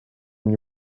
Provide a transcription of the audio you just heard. мне